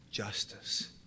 justice